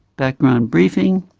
background briefing,